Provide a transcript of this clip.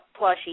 plushie